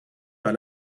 par